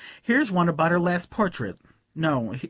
here's one about her last portrait no,